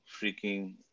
freaking